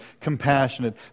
compassionate